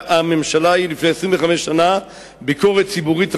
הממשלה ההיא, לפני 25 שנה, ביקורת ציבורית רבה,